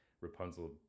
Rapunzel